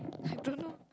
I don't know